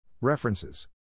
References